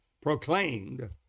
proclaimed